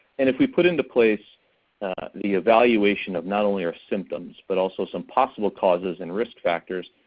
and if we put into place the evaluation of not only our symptoms but also some possible causes and risk factors,